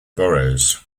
burrows